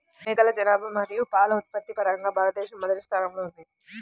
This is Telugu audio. మేకల జనాభా మరియు పాల ఉత్పత్తి పరంగా భారతదేశం మొదటి స్థానంలో ఉంది